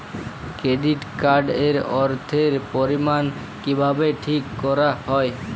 Credit card এর অর্থের পরিমান কিভাবে ঠিক করা হয়?